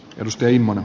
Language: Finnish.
reiman